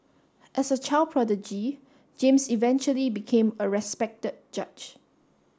as a child prodigy James eventually became a respected judge